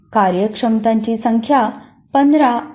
कार्यक्षमतांची संख्या 15 अधिक किंवा वजा 5 असू शकते